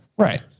Right